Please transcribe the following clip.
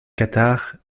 cathares